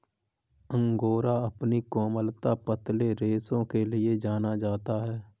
angora अपनी कोमलता, पतले रेशों के लिए जाना जाता है